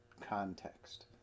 context